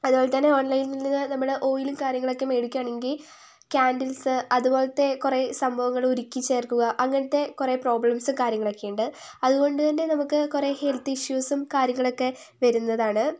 അതുപോലെത്തന്നെ ഓൺലൈനിൽ നിന്ന് നമ്മൾ ഓയിലും കാര്യങ്ങളൊക്കെ മേടിക്കുകയാണെങ്കിൽ ക്യാൻ്റിൽസ് അതുപോലത്തെ കുറേ സംഭവങ്ങൾ ഉരുക്കിച്ചേർക്കുക അങ്ങനത്തെ കുറെ പ്രോബ്ലംസ് കാര്യങ്ങളൊക്കെയുണ്ട് അതുകൊണ്ട് തന്നെ നമുക്ക് കുറെ ഹെൽത്ത് ഇഷ്യൂസും കാര്യങ്ങളൊക്കെ വരുന്നതാണ്